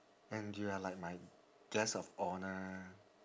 and you are like my guest of honour